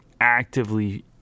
actively